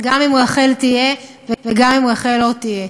גם אם רחל תהיה וגם אם רחל לא תהיה.